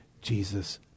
Jesus